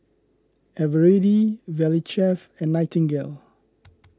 Eveready Valley Chef and Nightingale